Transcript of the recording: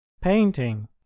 Painting